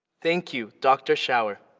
thank you, dr. schauer.